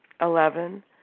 Eleven